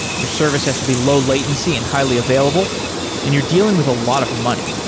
your service has to be low-latency and highly available and you're dealing with a lot of money.